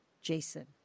Jason